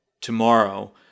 tomorrow